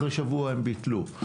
אחרי שבוע ביטלו.